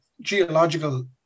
geological